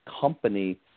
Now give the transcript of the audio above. company